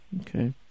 Okay